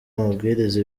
amabwiriza